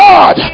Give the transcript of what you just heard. God